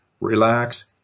Relax